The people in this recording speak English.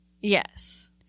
Yes